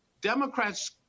Democrats